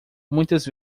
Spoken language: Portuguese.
muitas